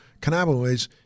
cannabinoids